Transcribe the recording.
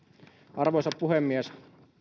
arvoisa puhemies